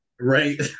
right